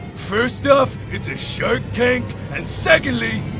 first off, it's a shark tank. and secondly,